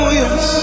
yes